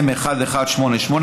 התשע"ח 2018,